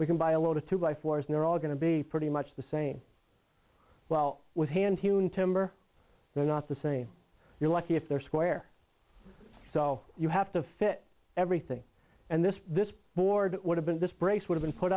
we can buy a lot of two by fours and they're all going to be pretty much the same well with hand human timber they're not the same you're lucky if they're square so you have to fit everything and this this board would have been this brace would have been put